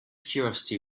curiosity